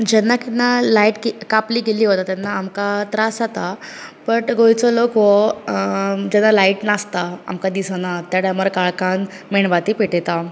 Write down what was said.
जेन्ना केन्ना लायट गे कापली गेली वयता तेन्ना आमकां त्रास जाता बट गोंयचो लोक हो अ जेन्ना लायट नासता आमकां दिसना ते टायमार काळखांत मेणवातीं पेटयता